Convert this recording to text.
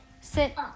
Sit